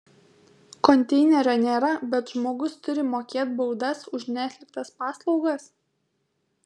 konteinerio nėra bet žmogus turi mokėt baudas už neatliktas paslaugas